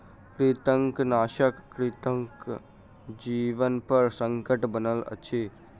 कृंतकनाशक कृंतकक जीवनपर संकट बनल अछि